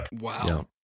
Wow